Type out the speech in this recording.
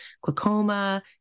glaucoma